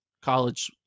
college